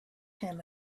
him